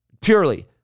Purely